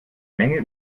menge